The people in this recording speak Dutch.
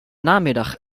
namiddag